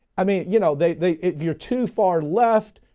i mean, you know, they, they, if you're too far left,